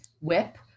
whip